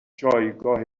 جایگاه